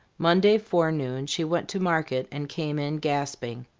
monday forenoon she went to market, and came in gasping.